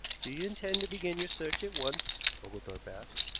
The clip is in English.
do you intend to begin your search at once? oglethorpe asked.